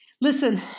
listen